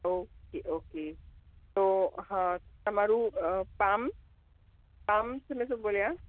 okay okay તો હા તમારું પામ પામ તમે શું બોલ્યા